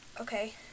Okay